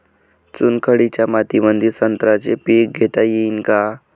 चुनखडीच्या मातीमंदी संत्र्याचे पीक घेता येईन का?